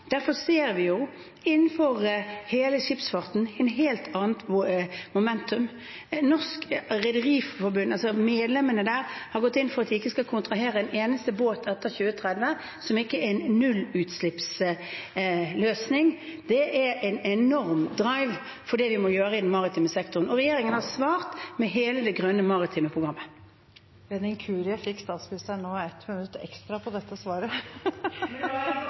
Derfor ser vi innenfor hele skipsfarten et helt annet momentum. Medlemmene i Norges Rederiforbund har gått inn for at de ikke skal kontrahere en eneste båt etter 2030 som ikke har en nullutslippsløsning. Det er en enorm drive for det vi må gjøre i den maritime sektoren, og regjeringen har svart med hele det grønne maritime programmet. Ved en inkurie fikk statsministeren nå 1 minutt ekstra på dette svaret.